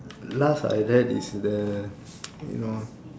last I read is the you know